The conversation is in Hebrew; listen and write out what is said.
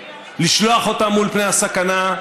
לשלוח אותם מול פני הסכנה,